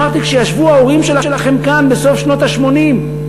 אמרתי: כשישבו ההורים שלכם כאן בסוף שנות ה-80,